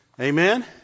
Amen